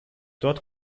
dort